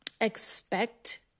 expect